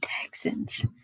Texans